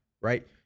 right